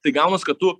tai gaunas kad tu